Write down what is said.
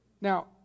now